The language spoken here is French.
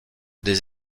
des